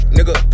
Nigga